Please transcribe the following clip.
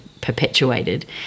perpetuated